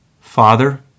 Father